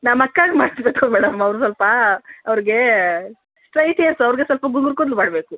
ನಮ್ಮಕ್ಕಾಗೆ ಮಾಡಿಸ್ಬೇಕು ಮೇಡಮ್ ಅವರು ಸ್ವಲ್ಪ ಅವ್ರಿಗೆ ಸ್ಟ್ರೈಟ್ ಹೇರ್ಸ್ ಅವ್ರಿಗೆ ಸ್ವಲ್ಪ ಗುಂಗುರು ಕೂದ್ಲು ಮಾಡಬೇಕು